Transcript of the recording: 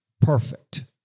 perfect